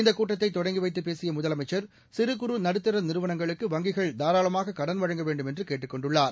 இந்த கூட்டத்தை தொடங்கி வைத்து பேசிய முதலமைச்சர் சிறு குறு நடுத்தர நிறுவனங்களுக்கு வங்கிகள் தாராமாளக கடன் வழங்க வேண்டும் என்று கேட்டுக் கொண்டுள்ளார்